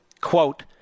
quote